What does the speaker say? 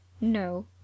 no